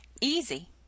Easy